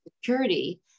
security